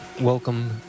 welcome